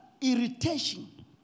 irritation